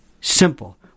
Simple